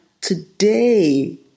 today